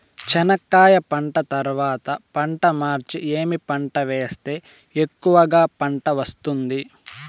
చెనక్కాయ పంట తర్వాత పంట మార్చి ఏమి పంట వేస్తే ఎక్కువగా పంట వస్తుంది?